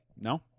No